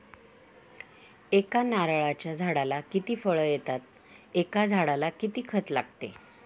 एका नारळाच्या झाडाला किती फळ येतात? एका झाडाला किती खत लागते?